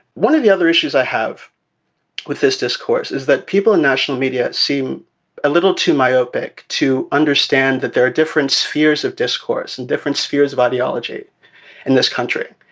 one of the other issues i have with this discourse is that people in national media seem a little too myopic to understand that there are different spheres of discourse in different spheres of ideology in this country.